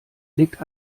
legt